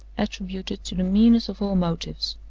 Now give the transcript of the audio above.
attributed to the meanest of all motives.